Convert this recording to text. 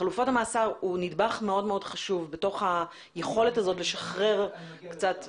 חלופות המעצר הן נדבך מאוד מאוד חשוב בתוך היכולת הזאת לשחרר קצת.